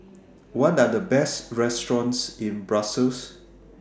What Are The Best restaurants in Brussels